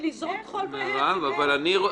זה לזרות חול בעיני הציבור.